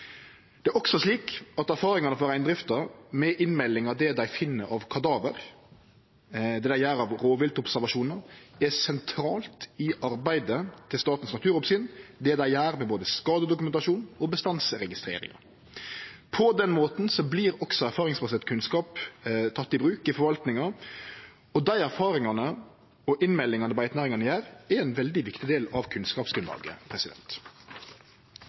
Det er også slik at erfaringane frå reindrifta, med innmelding av det ein finn av kadaver, og det ein gjer av rovviltobservasjonar, er sentralt i det arbeidet Statens naturoppsyn gjer med både skadedokumentasjon og bestandsregistrering. På den måten vert også erfaringsbasert kunnskap teken i bruk i forvaltninga, og dei erfaringane og innmeldingane beitenæringane gjer, er ein viktig del av kunnskapsgrunnlaget.